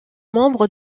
membre